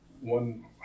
one